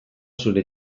zure